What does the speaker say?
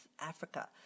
Africa